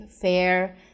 fair